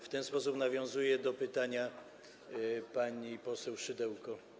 W ten sposób nawiązuję do pytania pani poseł Szydełko.